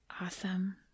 Awesome